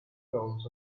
rolls